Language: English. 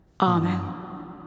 Amen